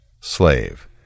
Slave